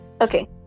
Okay